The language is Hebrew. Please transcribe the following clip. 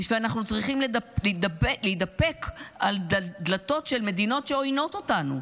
אנחנו צריכים להתדפק על דלתות של מדינות שעוינות אותנו,